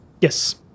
Yes